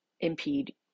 impede